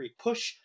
push